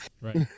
right